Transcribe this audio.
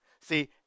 See